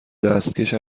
دستکش